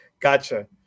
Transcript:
Gotcha